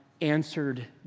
answered